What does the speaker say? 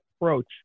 approach